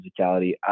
physicality